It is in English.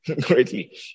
greatly